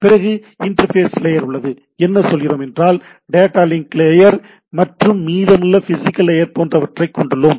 பிறகு interface layer உள்ளது என்ன சொல்கிறோம் என்றால்டேட்டா லிங்க் லேயர் மற்றும் மீதமுள்ள பிசிகல் லேயர் போன்றவற்றைக் கொண்டுள்ளோம்